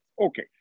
okay